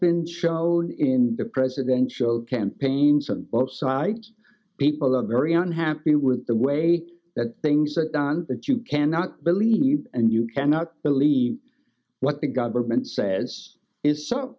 been shown in the presidential campaigns from both sides people are very unhappy with the way that things are done that you cannot believe and you cannot believe what the government says is so